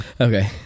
okay